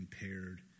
impaired